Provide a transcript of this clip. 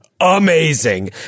amazing